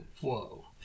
Whoa